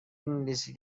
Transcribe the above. انگلیسی